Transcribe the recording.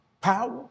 power